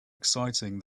exciting